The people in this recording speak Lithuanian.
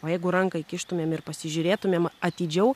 o jeigu ranką įkištumėm ir pasižiūrėtumėm atidžiau